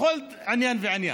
בכל עניין ועניין.